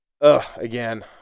Again